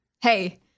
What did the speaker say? Hey